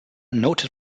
noted